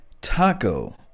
Taco